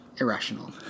irrational